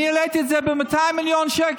אני העליתי את זה ב-200 מיליון שקל.